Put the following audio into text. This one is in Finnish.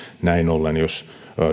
näin ollen jos